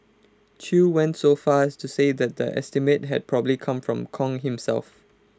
chew went so far as to say that the estimate had probably come from Kong himself